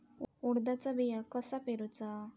उडदाचा बिया कसा पेरूचा?